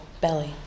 belly